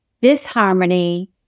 disharmony